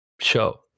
show